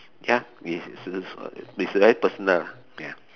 ya is is is very personal ya